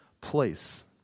place